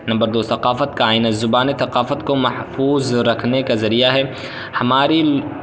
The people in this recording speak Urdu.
نمبر دو ثقافت کا آئینہ زبانیں ثقافت کو محفوظ رکھنے کا ذریعہ ہے ہماری